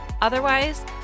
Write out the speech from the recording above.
Otherwise